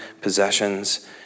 possessions